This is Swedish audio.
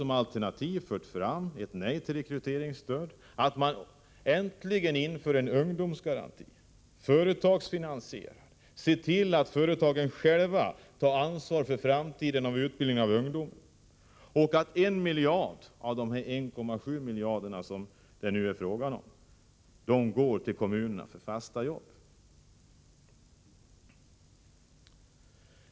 Som alternativ har vi fört fram ett nej till rekryteringsstödet och föreslagit att man äntligen inför en företagsfinansierad ungdomsgaranti, ser till att företagen själva tar ansvar för framtiden genom utbildning av ungdomar och vidare låter 1 miljard av de 1,7 miljarder kronor som det nu är fråga om gå till kommunerna för fasta jobb.